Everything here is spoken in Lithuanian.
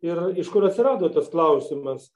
ir iš kur atsirado tas klausimas